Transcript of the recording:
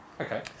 Okay